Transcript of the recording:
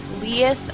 Leah